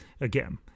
Again